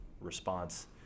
response